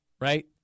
Right